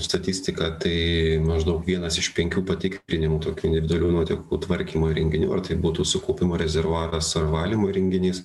statistiką tai maždaug vienas iš penkių patikrinimų tokių individualių nuotekų tvarkymo įrenginių ar tai būtų sukaupimo rezervuaras ar valymo įrenginys